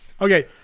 Okay